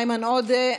איימן עודה,